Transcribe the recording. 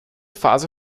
phase